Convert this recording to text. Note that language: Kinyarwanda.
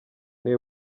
niwe